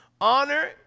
honor